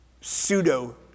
Pseudo